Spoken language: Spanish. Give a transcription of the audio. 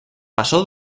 pasó